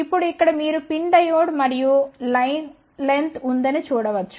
ఇప్పుడు ఇక్కడ మీరు PIN డయోడ్ మరియు లైన్ లెంగ్త్ ఉందని చూడ వచ్చు